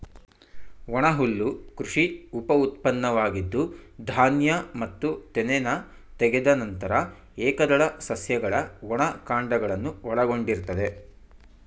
ಒಣಹುಲ್ಲು ಕೃಷಿ ಉಪಉತ್ಪನ್ನವಾಗಿದ್ದು ಧಾನ್ಯ ಮತ್ತು ತೆನೆನ ತೆಗೆದ ನಂತರ ಏಕದಳ ಸಸ್ಯಗಳ ಒಣ ಕಾಂಡಗಳನ್ನು ಒಳಗೊಂಡಿರ್ತದೆ